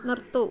നിർത്തൂ